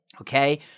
Okay